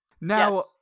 Now